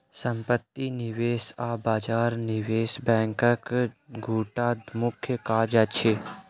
सम्पत्ति निवेश आ बजार निवेश बैंकक दूटा मुख्य काज अछि